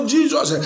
Jesus